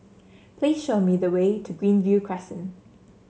please show me the way to Greenview Crescent